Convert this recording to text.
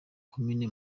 komine